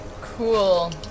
Cool